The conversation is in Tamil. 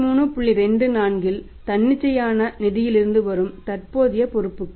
24 இல் தன்னிச்சையான நிதியிலிருந்து வரும் தற்போதைய பொறுப்புகள்